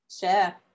share